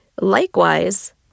likewise